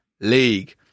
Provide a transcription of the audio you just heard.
League